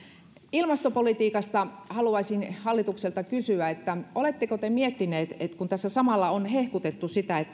ilmastopolitiikasta haluaisin hallitukselta kysyä oletteko te miettineet että kun tässä samalla on hehkutettu sitä